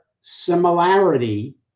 similarity